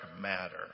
matter